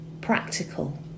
practical